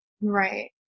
Right